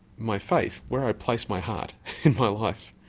my faith, where i place my heart in my life